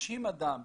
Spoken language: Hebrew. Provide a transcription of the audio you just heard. שאם אדם,